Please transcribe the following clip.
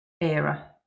era